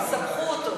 יסבכו אותו.